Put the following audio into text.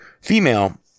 female